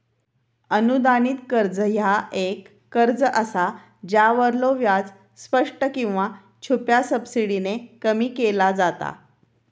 अनुदानित कर्ज ह्या एक कर्ज असा ज्यावरलो व्याज स्पष्ट किंवा छुप्या सबसिडीने कमी केला जाता